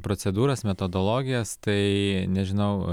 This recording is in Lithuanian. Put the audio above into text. procedūras metodologijas tai nežinau